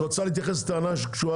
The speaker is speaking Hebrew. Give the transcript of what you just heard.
את רוצה להתייחס לטענה שקשורה